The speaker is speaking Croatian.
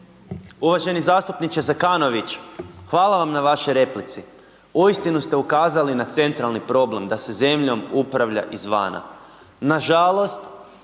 Uvaženi zastupniče Zekanović. Hvala vam na vašoj replici. Uistinu ste ukazali na centralni problem, da se zemljom upravlja izvana. Nažalost,